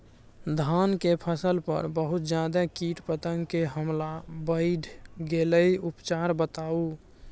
धान के फसल पर बहुत ज्यादा कीट पतंग के हमला बईढ़ गेलईय उपचार बताउ?